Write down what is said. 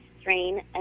strain